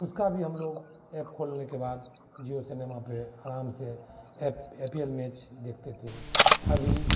उसका भी हम लोग ऐप खोलने के बाद जिओ सिनेमा पे आराम से app I P L match देखते थे अभी